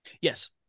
Yes